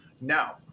Now